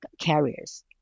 carriers